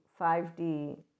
5D